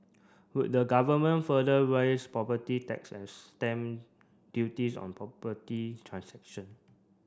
would the Government further raise property tax and stamp duties on property transaction